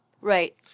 Right